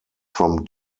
from